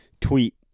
tweet